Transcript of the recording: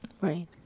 Right